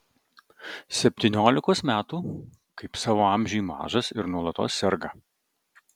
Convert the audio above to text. septyniolikos metų kaip savo amžiui mažas ir nuolatos serga